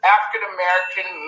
African-American